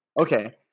Okay